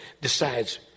decides